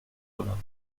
vingts